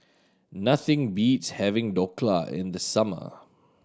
nothing beats having Dhokla in the summer